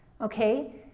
okay